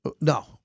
No